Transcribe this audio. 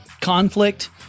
conflict